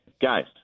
guys